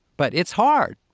but it's hard.